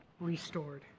restored